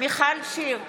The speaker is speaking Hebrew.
מיכל שיר סגמן,